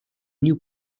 new